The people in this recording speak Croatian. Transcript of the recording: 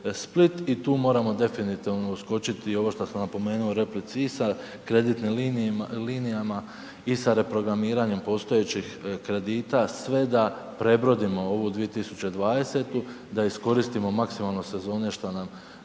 i tu moramo definitivno uskočiti i ovo što sam napomenuo u replici i sa kreditnim linijama i sa reprogramiranjem postojećih kredita, sve da prebrodimo ovu 2020., da iskoristimo maksimalno sezone što nam